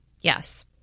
Yes